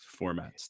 formats